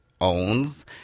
owns